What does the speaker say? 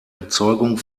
erzeugung